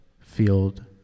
Field